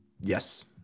Yes